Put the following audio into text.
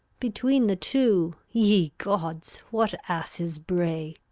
between the two, ye gods! what asses bray.